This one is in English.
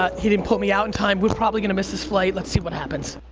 ah he didn't put me out in time, we're probably gonna miss this flight, let's see what happens.